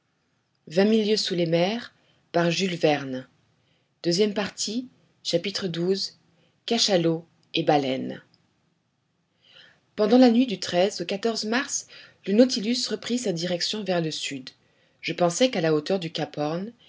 xii cachalots et baleines pendant la nuit du au mars le nautilus reprit sa direction vers le sud je pensais qu'à la hauteur du